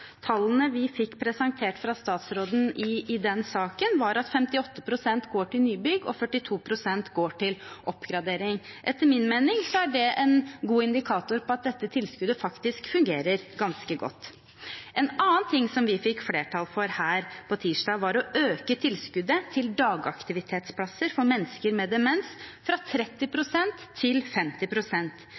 Tallene vi fikk presentert fra statsråden i den saken, var at 58 pst. går til nybygg og 42 pst. går til oppgradering. Etter min mening er det en god indikator på at dette tilskuddet faktisk fungerer ganske godt. En annen ting som vi fikk flertall for tirsdag, var å øke tilskuddet til dagaktivitetsplasser for mennesker med demens fra 30 pst. til